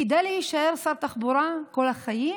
כדי להישאר שר תחבורה כל החיים?